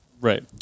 Right